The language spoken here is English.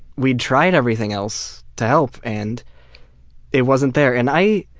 we'd tried everything else to help and it wasn't there. and i